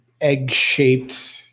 egg-shaped